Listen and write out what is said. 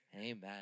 Amen